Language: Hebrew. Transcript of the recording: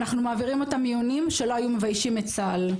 ואנחנו מעבירים אותם מיונים שלא היו מביישים את צה"ל.